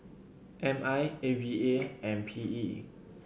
M I A V A and P E